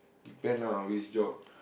depend lah on which job